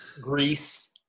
Greece